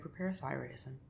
hyperparathyroidism